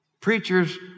Preachers